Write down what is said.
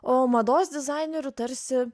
o mados dizainerių tarsi